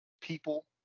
people